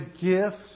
gifts